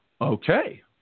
Okay